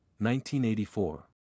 1984